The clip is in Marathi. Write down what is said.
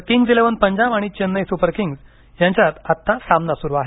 किंग्ज इलेव्हन पंजाब आणि चेन्नई सुपर किंग्ज यांच्यात सामना सुरू आहे